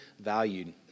valued